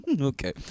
Okay